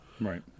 Right